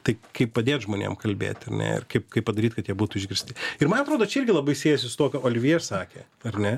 tai kaip padėt žmonėm kalbėt ar ne ir kaip kaip padaryt kad jie būtų išgirsti ir man atrodo čia irgi labai siejasi su tuo ką olivjė ir sakė ar ne